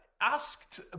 asked